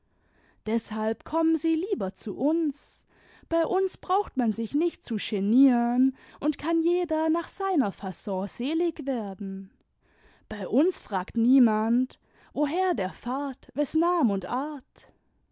deshalb kommen sie lieber zu uns bei uns braucht man sich nicht zu genieren und kann jeder nach seiner faon selig werden bei uns fragt niemand woher der fahrt wes nam und art